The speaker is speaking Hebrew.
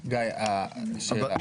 גיא, שאלה.